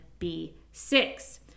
B6